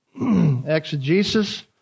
Exegesis